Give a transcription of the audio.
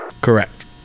Correct